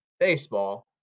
Baseball